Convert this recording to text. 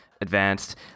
advanced